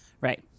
Right